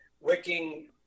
wicking